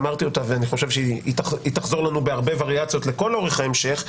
ואני חושב שהיא תחזור לנו בהרבה וריאציות לכל אורך ההמשך.